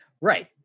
Right